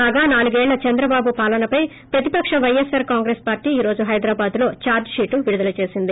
కాగానాలుగేళ్ల చంద్రబాబు నాయుడు పాలనపై ప్రతిపక వైవస్పార్ కాంగ్రెస్ పార్టీ ఈ రోజు హైదరాబాద్ లో ఛార్జ్ పిట్ విడుదల చేసింది